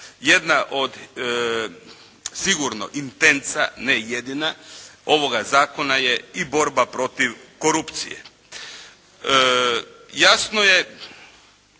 Jedna od sigurno intenca, ne jedina ovoga zakona je i borba protiv korupcije. Jasno je